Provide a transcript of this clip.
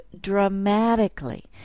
dramatically